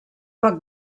poc